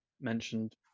mentioned